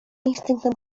instynktem